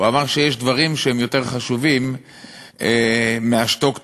הוא אמר שיש דברים שהם יותר חשובים מאשר: שתוק,